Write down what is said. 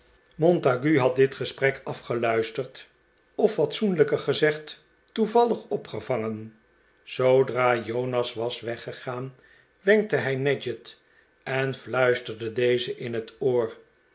montague had dit gesprek afgeluisterd of fatsoenlijker gezegd toevallig opgevangen zoodra jonas was weggegaan wenkte hij nadgett en fluisterde dezen in het oor